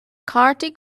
cártaí